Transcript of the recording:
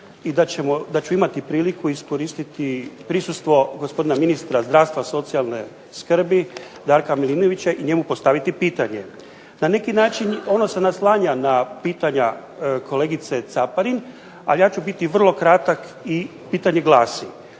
i da ću imati priliku iskoristiti prisustvo gospodina ministra zdravstva i socijalne skrbi, Darka Milinovića, i njemu postaviti pitanje. Na neki način ono se naslanja na pitanja kolegice Caparin, ali ja ću biti vrlo kratak i pitanje glasi: